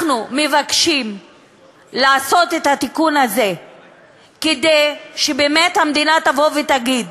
אנחנו מבקשים לעשות את התיקון הזה כדי שהמדינה באמת תגיד: